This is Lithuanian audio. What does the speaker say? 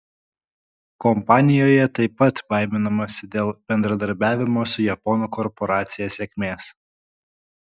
kompanijoje taip pat baiminamasi dėl bendradarbiavimo su japonų korporacija sėkmės